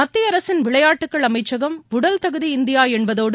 மத்திய அரசின் விளையாட்டுகள் அமைச்சகம் உடல்தகுதி இந்தியா என்பதோடு